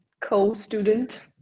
co-student